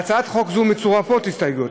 להצעת החוק מצורפות הסתייגויות.